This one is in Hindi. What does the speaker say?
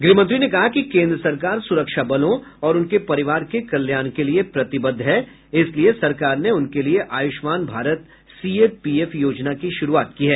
गृह मंत्री ने कहा कि केंद्र सरकार सुरक्षा बलों और उनके परिवार के कल्याण के लिए प्रतिबद्ध है इसलिए सरकार ने उनके लिए आयुष्मान भारत सीएपीएफ योजना की शुरुआत की है